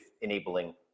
enabling